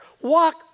Walk